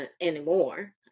anymore